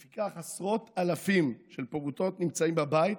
לפיכך, עשרות אלפים של פעוטות נמצאים בבית